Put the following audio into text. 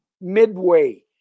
midway